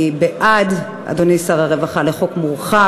אני בעד, אדוני שר הרווחה, חוק מורחב.